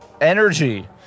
energy